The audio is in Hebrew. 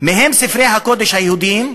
ובהם ספרי הקודש היהודיים.